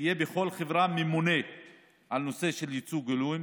שיהיה בכל חברה ממונה על הנושא של ייצוג הולם,